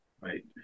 right